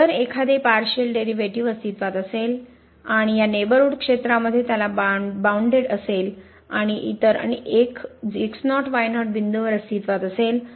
तर जर एखादे पार्शिअल डेरिव्हेटिव्ह अस्तित्वात असेल आणि या नेबरहूड क्षेत्रामध्ये त्याला बांधलेले असेल आणि इतर एक x0 y0 बिंदूवर अस्तित्वात असेल